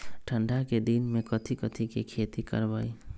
ठंडा के दिन में कथी कथी की खेती करवाई?